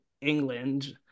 England